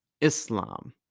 islam